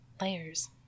Layers